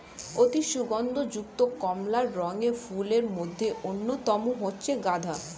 অতি সুগন্ধ যুক্ত কমলা রঙের ফুলের মধ্যে অন্যতম হচ্ছে গাঁদা